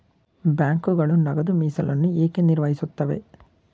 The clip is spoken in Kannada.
ಬ್ಯಾಂಕುಗಳು ನಗದು ಮೀಸಲನ್ನು ಏಕೆ ನಿರ್ವಹಿಸುತ್ತವೆ?